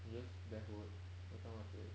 you just barefoot when someone sit